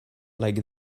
like